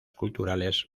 culturales